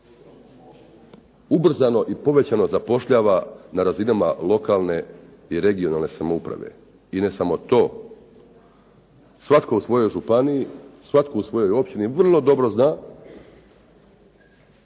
ubrzano i povećano zapošljava na razinama lokalne i regionalne samouprave. I ne samo to, svatko u svojoj županiji, svatko u svojoj općini vrlo dobro zna,